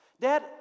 Dad